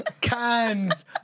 Cans